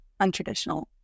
untraditional